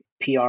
PR